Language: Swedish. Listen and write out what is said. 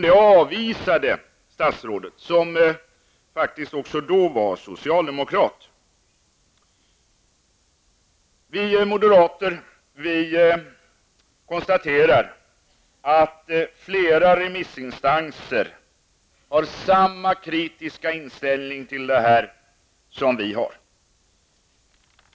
Det avvisade statsrådet, som faktiskt även då var socialdemokrat. Vi moderater konstaterar att flera remissinstanser har samma kritiska inställning till detta som vi har.